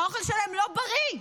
האוכל שלהם לא בריא,